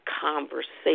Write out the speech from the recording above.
conversation